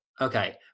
Okay